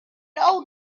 old